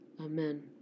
Amen